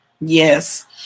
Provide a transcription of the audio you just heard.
Yes